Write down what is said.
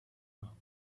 now